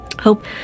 Hope